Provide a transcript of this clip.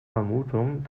vermutung